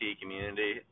community